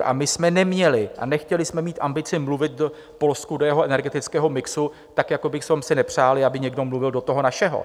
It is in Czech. A my jsme neměli a nechtěli jsme mít ambici mluvit Polsku do jeho energetického mixu, tak jako bychom si nepřáli, aby někdo mluvil do toho našeho.